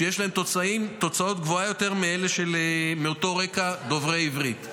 שיש להם תוצאות גבוהות יותר מאלה באותו רקע דוברי עברית,